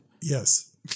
Yes